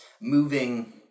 moving